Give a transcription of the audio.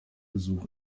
besuch